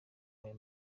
aya